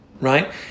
Right